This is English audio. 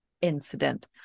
incident